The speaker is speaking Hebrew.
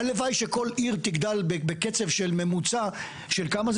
הלוואי שכל עיר תגדל בקצב של ממוצע, של כמה?